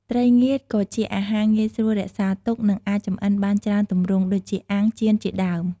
ត្រីងៀត ក៏ជាអាហារងាយស្រួលរក្សាទុក និងអាចចម្អិនបានច្រើនទម្រង់ ដូចជា អាំង ចៀនជាដើម។